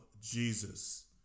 Jesus